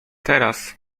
teraz